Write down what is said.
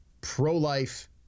pro-life